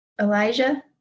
Elijah